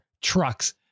trucks